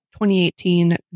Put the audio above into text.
2018